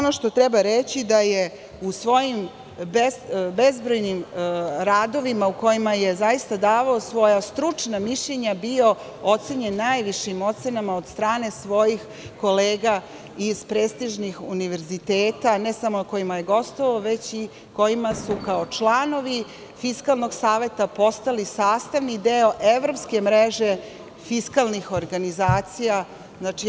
Treba reći da je u svojim bezbrojnim radovima u kojima je davao svoja stručna mišljenja bio ocenjen najvišim ocenama od strane svojih kolega sa prestižnih univerziteta, ne samo na kojima je gostovao, već i kojima su kao članovi Fiskalnog saveta postali sastavni deo evropske mreže fiskalnih organizacije, znači EU.